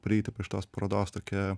prieiti prie šitos parodos tokia